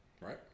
Right